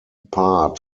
part